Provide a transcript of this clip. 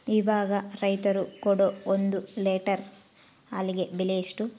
ಇವಾಗ ರೈತರು ಕೊಡೊ ಒಂದು ಲೇಟರ್ ಹಾಲಿಗೆ ಬೆಲೆ ಎಷ್ಟು?